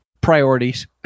priorities